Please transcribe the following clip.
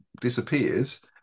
disappears